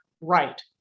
right